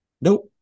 Nope